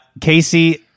Casey